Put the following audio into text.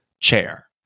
chair